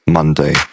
Monday